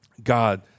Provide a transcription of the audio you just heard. God